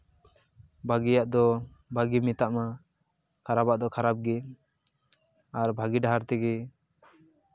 ᱵᱷᱟᱹᱜᱤᱭᱟᱜ ᱫᱚ ᱵᱟᱹᱜᱤ ᱢᱮᱛᱟᱜ ᱢᱟ ᱠᱷᱟᱨᱟᱯᱟᱜ ᱫᱚ ᱠᱷᱟᱨᱟᱯ ᱜᱮ ᱟᱨ ᱵᱷᱟᱹᱜᱤ ᱰᱟᱦᱟᱨ ᱛᱮᱜᱮ